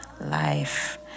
life